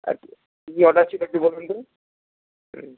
আচ্ছা কী কী অর্ডার ছিল একটু বলুন তো হুম